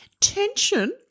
Tension